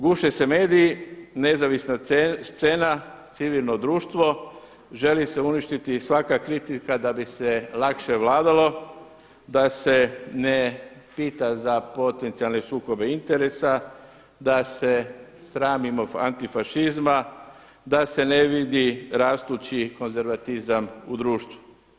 Guše se mediji, nezavisna scena, civilno društvo želi se uništiti svaka kritika da bi se lakše vladalo, da se ne pita za potencijalne sukobe interesa, da se sramimo antifašizma, da se ne vidi rastući konzervatizam u društvu.